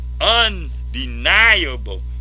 undeniable